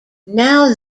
now